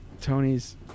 tony's